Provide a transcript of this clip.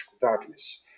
darkness